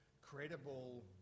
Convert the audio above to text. credible